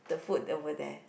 the food over there